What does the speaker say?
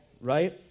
right